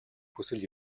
хүсэл